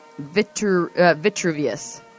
Vitruvius